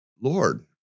Lord